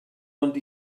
ond